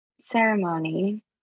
ceremony